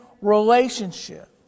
relationship